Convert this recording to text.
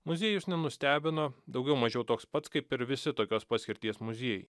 muziejus nenustebino daugiau mažiau toks pats kaip ir visi tokios paskirties muziejai